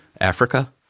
Africa